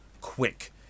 quick